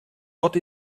wat